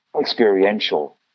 experiential